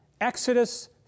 Exodus